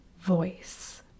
voice